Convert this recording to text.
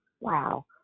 Wow